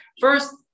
First